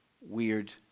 weird